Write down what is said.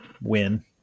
win